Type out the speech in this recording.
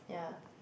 <S